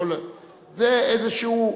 זה איזשהו,